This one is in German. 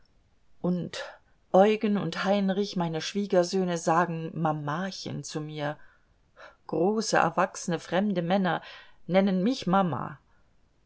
und eugen und heinrich meine schwiegersöhne sagen mamachen zu mir große erwachsene fremde männer nennen mich mama